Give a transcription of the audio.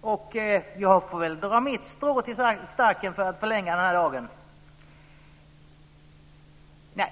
och jag får väl dra mitt strå till stacken för att förlänga den här dagen. Nej.